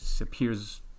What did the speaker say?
appears